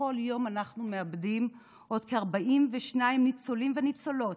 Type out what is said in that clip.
בכל יום אנחנו מאבדים עוד כ-42 ניצולים וניצולות,